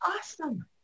Awesome